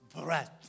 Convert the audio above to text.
breath